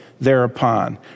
Thereupon